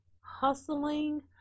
hustling